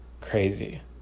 crazy